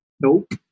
Nope